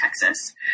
Texas